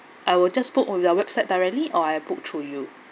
I will just book on your website directly or I book through you